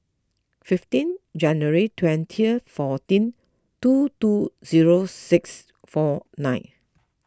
fifteen January twenty fourteen two two zero six four nine